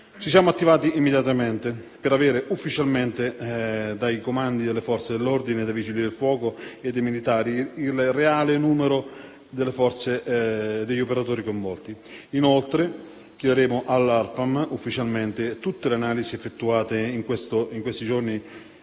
Ci siamo attivati immediatamente per avere ufficialmente dai comandi delle Forze dell'ordine, dai Vigili del fuoco e dei militari il reale numero degli operatori coinvolti. Inoltre, chiederemo ufficialmente all'ARPAM tutte le analisi effettuate in questi giorni,